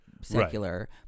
secular